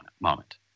moment